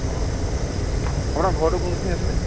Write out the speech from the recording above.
অঁ অঁ অঁ আপোনাৰ ঘৰটো কোনখিনিত আছিল